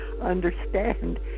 understand